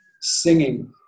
singing